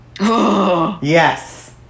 Yes